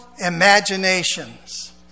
imaginations